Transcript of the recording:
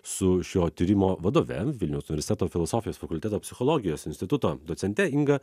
su šio tyrimo vadove vilniaus universiteto filosofijos fakulteto psichologijos instituto docente inga